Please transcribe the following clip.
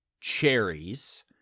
cherries